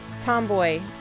tomboy